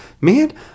man